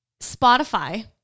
Spotify